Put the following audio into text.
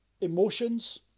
emotions